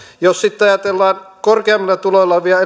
jos sitten ajatellaan korkeammilla tuloilla olevia